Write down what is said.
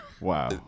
Wow